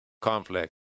conflict